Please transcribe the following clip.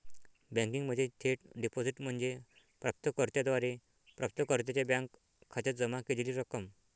बँकिंगमध्ये थेट डिपॉझिट म्हणजे प्राप्त कर्त्याद्वारे प्राप्तकर्त्याच्या बँक खात्यात जमा केलेली रक्कम